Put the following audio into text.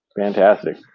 Fantastic